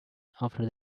after